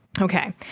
Okay